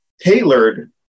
tailored